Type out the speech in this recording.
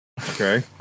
Okay